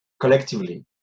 collectively